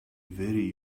very